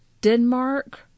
Denmark